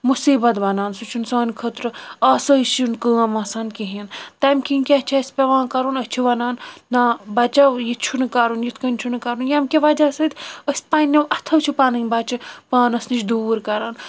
مُصیبت بَنان سُہ چھُنہٕ سانہِ خٲطرٕ آسایشہِ ہُنٛد کأم آسان کہیٖنۍ تَمہ کِنۍ کیاہ چھِ أسۍ پیٚوان کرُن أسۍ چھِ وَنان نا بَچو یہِ چھُنہٕ کرُن یتھ کٔنۍ چھُنہِ کرن ییٚمہِ کہ وَجہِ سۭتۍ أسۍ پَنیو أتھو چھِ پَنٕنۍ بَچہِ پانس نِش دوٗر کران